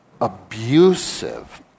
abusive